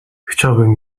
chciałbym